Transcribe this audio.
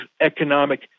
economic